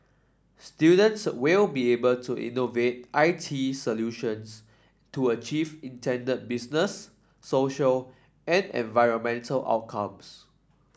students will be able to innovate I T solutions to achieve intended business social and environmental outcomes